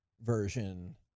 version